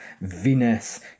Venus